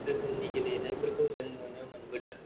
रोखोमनि गेलेनायफोरखौ जों नुनो मोनबोदों